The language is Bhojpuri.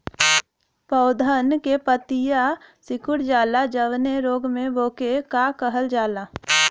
पौधन के पतयी सीकुड़ जाला जवने रोग में वोके का कहल जाला?